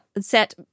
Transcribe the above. set